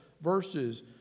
verses